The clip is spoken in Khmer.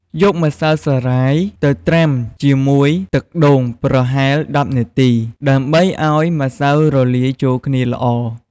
យកម្សៅសារាយទៅត្រាំជាមួយទឹកដូងប្រហែល ១០ នាទី ដើម្បីឱ្យម្សៅរលាយចូលគ្នាល្អ។